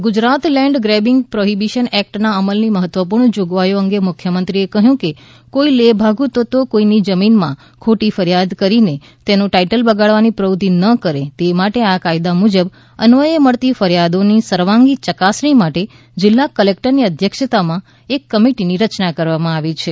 the Gujarat land grabbing prohibition એકટના અમલની મહત્વપૂર્ણ જોગવાઇઓ અંગે મુખ્યમંત્રીએ કહ્યું કે કોઇ લે ભાગુ તત્વો કોઇની જમીનમાં ખોટી ફરિયાદ કરીને તેનું ટાઇટલ બગાડવાની પ્રવૃત્તિ ન કરે તે માટે આ કાયદા મુજબ અન્વયે મળતી ફરિયાદોની સર્વાંગી ચકાસણી માટે જિલ્લા કલેકટરની અધ્યક્ષતામાં એક કમિટીની રચના કરવામાં આવી છે